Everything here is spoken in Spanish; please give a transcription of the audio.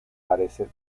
parece